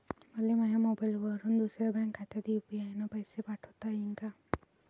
मले माह्या मोबाईलवरून दुसऱ्या बँक खात्यात यू.पी.आय न पैसे पाठोता येईन काय?